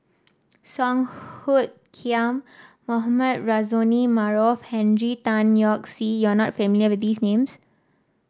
Song Hoot Kiam Mohamed Rozani Maarof Henry Tan Yoke See you are not familiar with these names